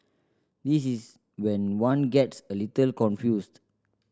this is when one gets a little confused